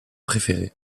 préférée